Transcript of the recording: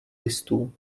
listů